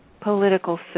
political